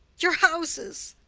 your houses!